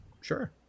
Sure